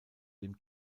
dem